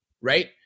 right